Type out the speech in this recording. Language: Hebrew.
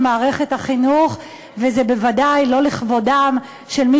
זה לא לכבודה של מערכת החינוך,